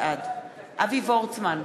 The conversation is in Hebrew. בעד אבי וורצמן,